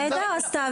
אז זו הכוונה.